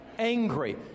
angry